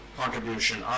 contribution